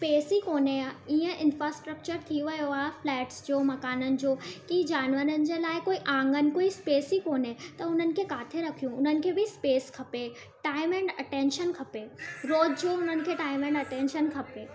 space ई कोन्हे इअं इंफास्ट्रक्चर थी वियो आहे फ्लैट्स जो मकाननि जो की जानवरनि जे लाइ कोई आंगन कोई स्पेस ई कोन्हे त उन्हनि खे किथे रखूं उन्हनि खे बि स्पेस खपे टाईम एंड अटेंशन खपे रोज़ु जो उन्हनि खे टाईम एंड अटेंशन खपे